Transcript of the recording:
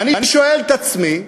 ואני שואל את עצמי,